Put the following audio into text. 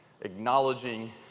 Acknowledging